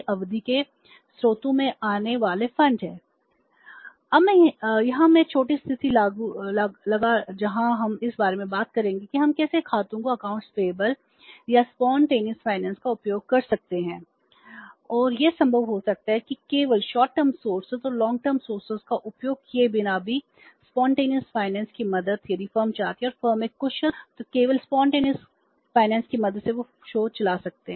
अब यहाँ मैं छोटी स्थिति लूंगा जहाँ हम इस बारे में बात करेंगे कि हम कैसे खातों को देय की मदद से वे शो चला सकते हैं